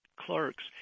clerks